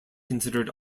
considered